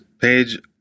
page